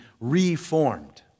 reformed